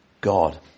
God